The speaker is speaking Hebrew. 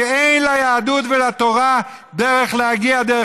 כי אין ליהדות ולתורה דרך להגיע דרך